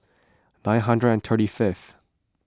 nine hundred and thirty fifth